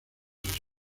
sus